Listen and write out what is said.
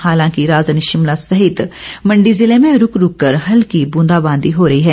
हालांकि राजधानी शिमला सहित मंडी जिले में रूक रूककर हल्की ब्रंदाबांदी हो रही है